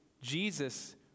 Jesus